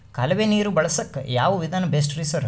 ಕಾಲುವೆ ನೀರು ಬಳಸಕ್ಕ್ ಯಾವ್ ವಿಧಾನ ಬೆಸ್ಟ್ ರಿ ಸರ್?